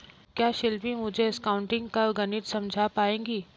क्या शिल्पी मुझे डिस्काउंटिंग का गणित समझा पाएगी?